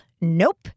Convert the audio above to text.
nope